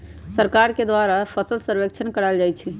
सरकार के द्वारा फसल सर्वेक्षण करायल जाइ छइ